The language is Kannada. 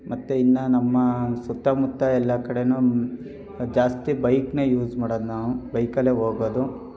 ಮತ್ತು ಇನ್ನು ನಮ್ಮ ಸುತ್ತಮುತ್ತ ಎಲ್ಲ ಕಡೆಯೂ ಜಾಸ್ತಿ ಬೈಕನ್ನ ಯೂಸ್ ಮಾಡೋದು ನಾವು ಬೈಕಲ್ಲೇ ಹೋಗೋದು